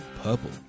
Purple